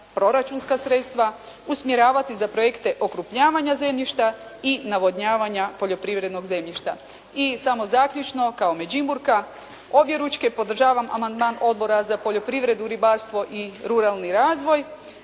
proračunska sredstva usmjeravati za projekte okrupnjavanja zemljišta i navodnjavanja poljoprivrednog zemljišta. I samo zaključno kao Međimurka objeručke podržavam amandman Odbora za poljoprivredu, ribarstvo i ruralni razvoj